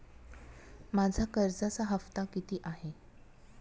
माझा कर्जाचा हफ्ता किती आहे?